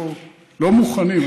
לא מוכנים,